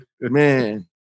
Man